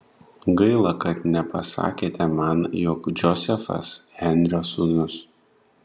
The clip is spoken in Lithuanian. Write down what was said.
gaila kad nepasakėte man jog džozefas henrio sūnus